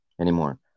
anymore